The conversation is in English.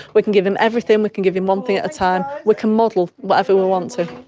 we can give him everything, we can give him one thing at a time, we can model whatever we want to.